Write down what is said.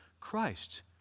Christ